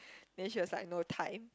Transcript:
then she was like no time